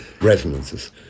resonances